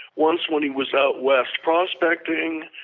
once when he was out west prospecting,